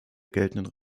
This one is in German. geltenden